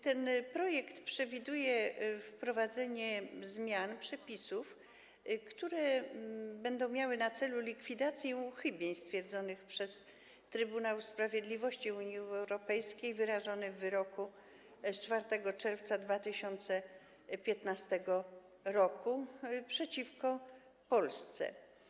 Ten projekt przewiduje wprowadzenie zmian przepisów, które będą miały na celu likwidację uchybień stwierdzonych przez Trybunał Sprawiedliwości Unii Europejskiej, co zostało wyrażone w wyroku z 4 czerwca 2015 r. przeciwko Polsce.